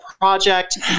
project